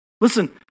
Listen